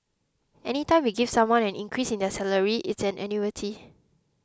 any time you give someone an increase in their salary it's an annuity